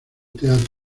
teatro